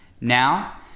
Now